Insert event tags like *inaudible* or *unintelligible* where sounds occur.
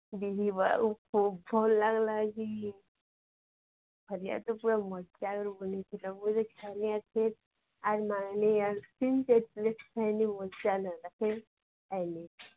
*unintelligible* ଖୁବ୍ ଭଲ୍ ଲାଗିଲା ଏଇଠି ଚାରିଆଡ଼େ ତ ପୁରା ମଜା *unintelligible* ଆଇଲେ